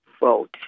vote